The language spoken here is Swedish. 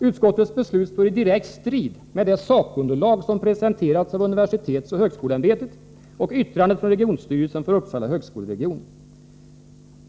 Utskottets beslut står i direkt strid med det sakunderlag som presenterats av Universitetsoch högskoleämbetet och yttrandet från regionsstyrelsen för Uppsala högskoleregion.